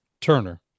Turner